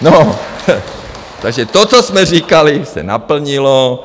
Takže to, co jsme říkali, se naplnilo.